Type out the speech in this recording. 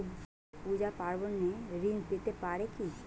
সামাজিক পূজা পার্বণে ঋণ পেতে পারে কি?